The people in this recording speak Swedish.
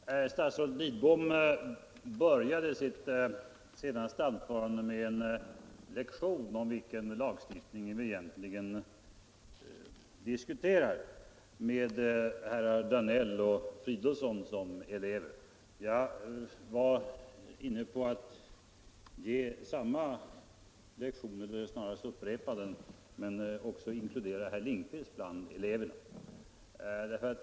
Herr talman! Statsrådet Lidbom började sitt senaste anförande med en lektion om vilken lagstiftning vi egentligen diskuterar, med herrar Danell och Fridolfsson som elever. Jag hade också tänkt ge en sådan lektion men också inkludera herr Lindkvist bland eleverna.